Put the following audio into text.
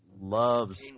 loves